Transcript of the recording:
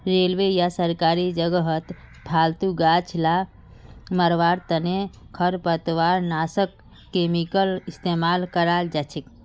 railway या सरकारी जगहत फालतू गाछ ला मरवार तने खरपतवारनाशक केमिकल इस्तेमाल कराल जाछेक